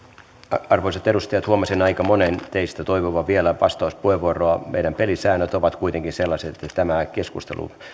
arvoisat edustajat huomasin aika monen teistä toivovan vielä vastauspuheenvuoroa meidän pelisääntömme ovat kuitenkin sellaiset että tämä